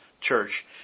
church